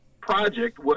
project